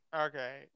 Okay